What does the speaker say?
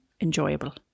enjoyable